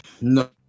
no